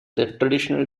traditional